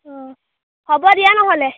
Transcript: অঁ হ'ব দিয়া নহ'লে